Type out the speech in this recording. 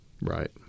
right